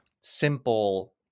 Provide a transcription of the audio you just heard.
simple